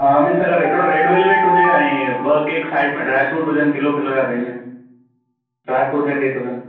हा मीन्स अगरि हिकिड़ो रेड वेल्वेट हुजे ऐं ॿ केक साईड में ड्राएफ़्रूट हुजनि किलो किलो या भई ईअं ड्राएफ़्रूट या केक हुजनि